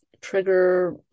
trigger